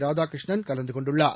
ராதாகிருஷ்ணன் கலந்து கொண்டுள்ளார்